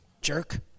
jerk